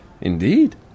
indeed